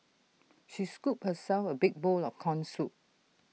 she scooped herself A big bowl of Corn Soup